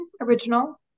original